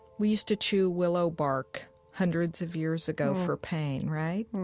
we used to chew willow bark hundreds of years ago for pain, right?